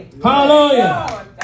Hallelujah